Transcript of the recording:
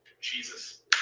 Jesus